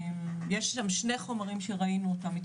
יש שם שני חומרים שראינו אותם,